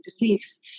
beliefs